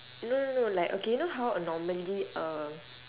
no no no like okay you know how uh normally uh